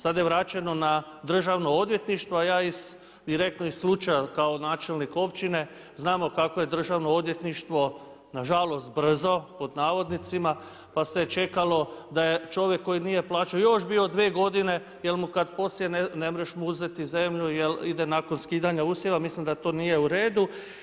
Sad je vraćeno na Državno odvjetništvo, a ja iz, direktno iz slučaja kao načelnik općine, znamo kako je Državno odvjetništvo nažalost, „brzo“, pa se čekalo da je čovjek da koji nije plaćao još bio dobio 2 godine, jer mu kad poslije nemreš mu uzeti zemlju jer ide nakon skidanja usjeva, mislim da to nije u redu.